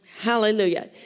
Hallelujah